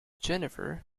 jennifer